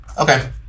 Okay